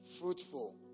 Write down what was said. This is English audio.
fruitful